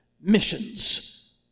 missions